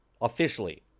officially